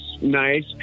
nice